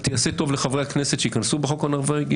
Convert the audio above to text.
זה יעשה טוב לחברי הכנסת שייכנסו לפי החוק הנורבגי,